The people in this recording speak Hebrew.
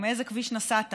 ומאיפה, מאיזה כביש נסעת.